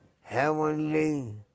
heavenly